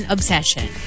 Obsession